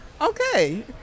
okay